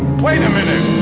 wait a minute!